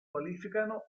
qualificano